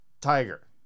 Tiger